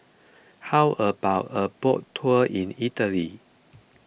how about a boat tour in Italy